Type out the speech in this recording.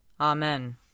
Amen